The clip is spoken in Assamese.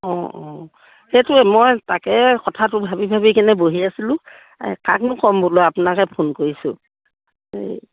অঁ অঁ সেইটোৱে মই তাকে কথাটো ভাবি ভাবি কেনে বহি আছিলোঁ কাকনো ক'ম বোলো আপোনাকে ফোন কৰিছোঁ এই